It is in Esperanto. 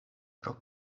pro